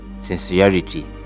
sincerity